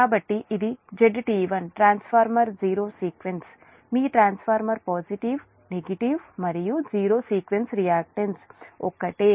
కాబట్టి ఇది ZT1 transformer zero sequence మీ ట్రాన్స్ఫార్మర్ పాజిటివ్ నెగటివ్ మరియు జీరో సీక్వెన్స్ రియాక్టన్స్ ఒకటే